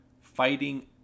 Fighting